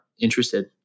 interested